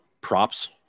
props